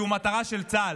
כי הוא מטרה של צה"ל.